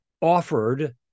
offered